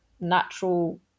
natural